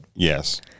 Yes